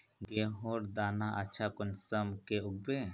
गेहूँर दाना अच्छा कुंसम के उगबे?